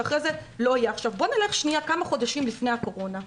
בוא נלך כמה חודשים לפני הקורונה.